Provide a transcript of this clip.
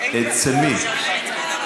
עליזה.